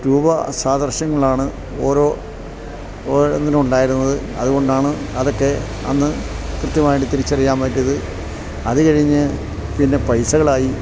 രൂപ സാദൃശ്യങ്ങളാണ് ഓരോന്നിനും ഉണ്ടായിരുന്നത് അതുകൊണ്ടാണ് അതൊക്കെ അന്നു കൃത്യമായിട്ടു തിരിച്ചറിയാൻ പറ്റിയത് അതു കഴിഞ്ഞ് പിന്നെ പൈസകളായി